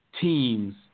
teams